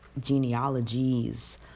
genealogies